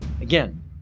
again